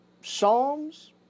Psalms